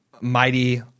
mighty